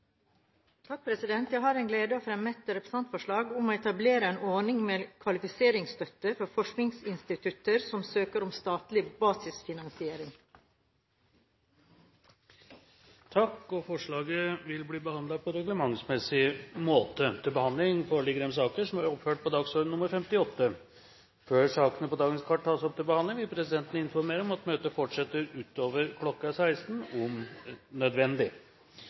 Jeg har den glede å fremme et representantforslag om å etablere en ordning med kvalifiseringsstøtte fra forskningsinstitutter som søker om statlig basisfinansiering. Forslaget vil bli behandlet på reglementsmessig måte. Før sakene på dagens kart tas opp til behandling, vil presidenten informere om at møtet fortsetter utover kl. 16, om nødvendig.